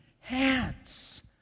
hands